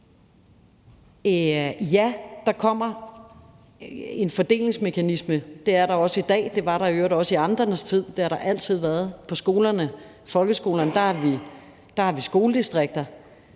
Ja, der kommer en fordelingsmekanisme, og det er der også i dag, og det var der i øvrigt også i amternes tid; det har der altid været. På skolerne, folkeskolerne, har vi skoledistrikter,